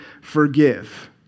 forgive